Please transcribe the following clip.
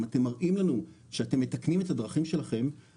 אם אתם מראים לנו שאתם מתקנים את הדרכים שלכם,